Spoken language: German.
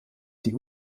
die